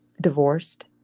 divorced